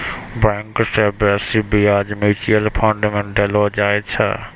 bank से बेसी ब्याज म्यूचुअल फंड मे देलो जाय छै